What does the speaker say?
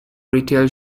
retail